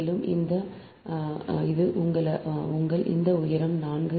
And this one this is your this height is 4 this side is 0